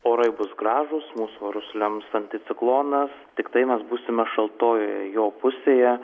orai bus gražūs mūsų orus lems anticiklonas tiktai mes būsime šaltojoje jo pusėje